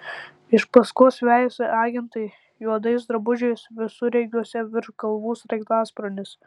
iš paskos vejasi agentai juodais drabužiais visureigiuose virš galvų sraigtasparnis